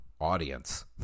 Audience